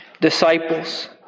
disciples